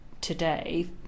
today